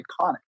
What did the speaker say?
iconic